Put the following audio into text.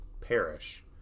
perish